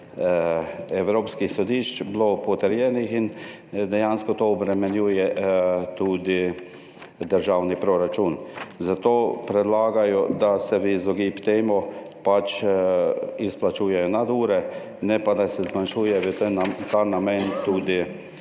evropskih sodišč potrjene in dejansko to obremenjuje tudi državni proračun. Zato predlagajo, da se v izogib temu pač izplačujejo nadure, ne pa da se zmanjšuje v ta namen tudi